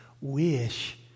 wish